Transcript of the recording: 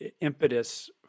impetus